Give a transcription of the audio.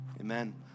amen